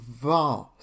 vast